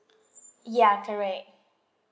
ya correct